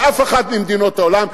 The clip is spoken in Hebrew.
באף אחת ממדינות העולם.